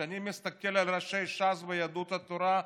כשאני מסתכל על ראשי ש"ס ויהדות התורה,